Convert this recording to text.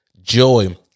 joy